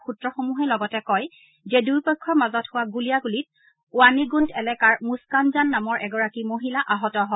সূত্ৰসমূহে লগতে কয় যে দুয়োপক্ষৰ মাজত হোৱা গুলীয়াগুলীত ৱানিগুণ্ড এলেকাৰ মুস্থানজান নামৰ এগৰাকী মহিলা আহত হয়